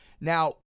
now